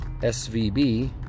SVB